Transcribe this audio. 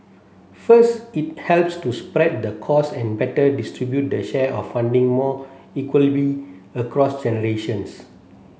first it helps to spread the cost and better distribute the share of funding more equitably across generations